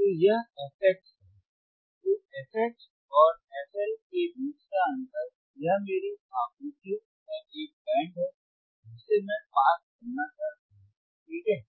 तो यह fH है तो fH और fL के बीच का अंतर यह मेरी आवृत्तियों का एक बैंड है जिसे मैं पास करना चाहता हूं ठीक है